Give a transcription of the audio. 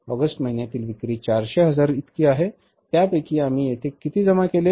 August महिन्यातील विक्री 400 हजार इतकी आहे त्यापैकी आम्ही येथे किती जमा केले